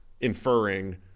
inferring